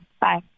Bye